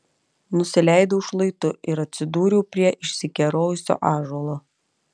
nusileidau šlaitu ir atsidūriau prie išsikerojusio ąžuolo